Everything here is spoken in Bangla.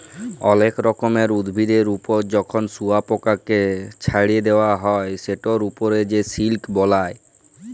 অলেক রকমের উভিদের ওপর যখন শুয়পকাকে চ্ছাড়ে দেওয়া হ্যয় সেটার ওপর সে সিল্ক বালায়